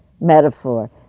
metaphor